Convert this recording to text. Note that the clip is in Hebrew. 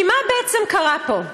כי מה בעצם קרה פה?